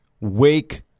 Wake